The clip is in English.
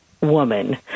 woman